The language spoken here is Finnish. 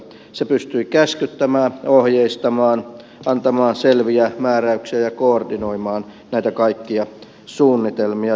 se pystyi käskyttämään ohjeistamaan antamaan selviä määräyksiä ja koordinoimaan näitä kaikkia suunnitelmia